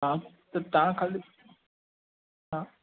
हा त तव्हां खाली तव्हां हा